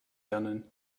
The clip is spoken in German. lernen